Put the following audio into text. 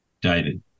David